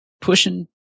pushing